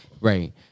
Right